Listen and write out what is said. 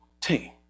team